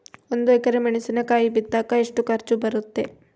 ಒಂದು ಎಕರೆ ಮೆಣಸಿನಕಾಯಿ ಬಿತ್ತಾಕ ಎಷ್ಟು ಖರ್ಚು ಬರುತ್ತೆ?